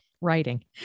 writing